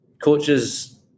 Coaches